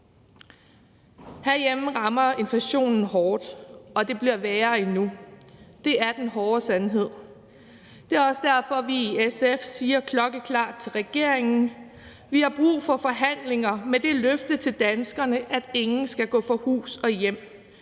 Herhjemme rammer inflationen hårdt, og det bliver værre endnu. Det er den hårde sandhed. Det er også derfor, vi i SF siger klokkeklart til regeringen: Vi har brug for forhandlinger med det løfte til danskerne, at ingen skal gå fra hus og hjem.